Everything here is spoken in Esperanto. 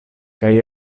kaj